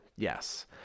Yes